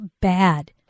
bad